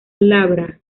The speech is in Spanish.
glabra